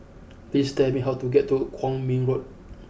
please tell me how to get to Kwong Min Road